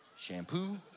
Shampoo